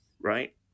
right